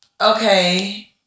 Okay